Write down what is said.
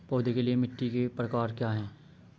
पौधों के लिए मिट्टी के प्रकार क्या हैं?